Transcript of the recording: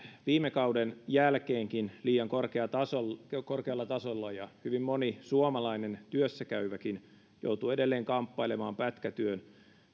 viime kauden jälkeenkin liian korkealla tasolla ja hyvin moni suomalainen työssä käyväkin joutuu edelleen kamppailemaan pätkätyön